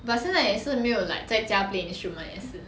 but 现在也是没有 like 在家 play instrument 也是